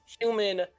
human